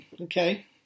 okay